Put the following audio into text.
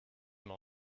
m’en